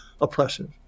oppressive